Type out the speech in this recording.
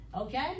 Okay